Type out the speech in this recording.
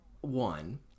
one